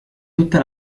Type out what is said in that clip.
tutta